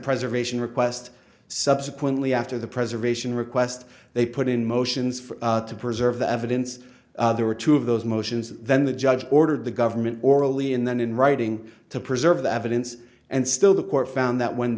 preservation request subsequently after the preservation request they put in motions for to preserve the evidence there were two of those motions then the judge ordered the government orally and then in writing to preserve the evidence and still the court found that when